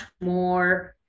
more